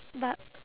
but